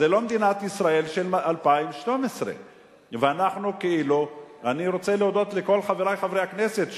זה לא מדינת ישראל של 2012. אני רוצה להודות לכל חברי חברי הכנסת,